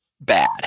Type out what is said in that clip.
bad